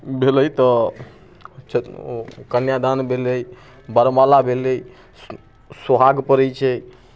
भेलै तऽ ओ कन्यादान भेलै बरमाला भेलै सुहाग पड़ैत छै